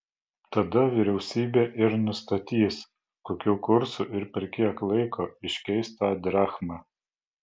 tada vyriausybė ir nustatys kokiu kursu ir per kiek laiko iškeis tą drachmą